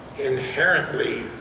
inherently